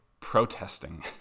protesting